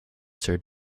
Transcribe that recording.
sir